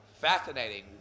Fascinating